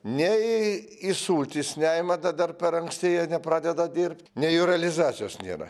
nei į sultis neima da dar per anksti jie nepradeda dirbt nei jų realizacijos nėra